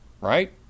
right